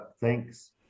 thanks